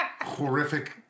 horrific